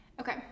Okay